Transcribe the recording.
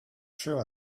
true